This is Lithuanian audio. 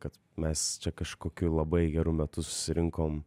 kad mes čia kažkokiu labai geru metu surinkom